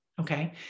Okay